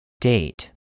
Date